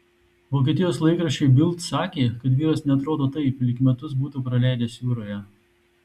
vokietijos laikraščiui bild sakė kad vyras neatrodo taip lyg metus būtų praleidęs jūroje